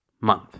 month